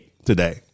Today